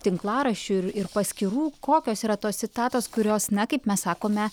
tinklaraščiu ir ir paskyrų kokios yra tos citatos kurios na kaip mes sakome